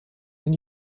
den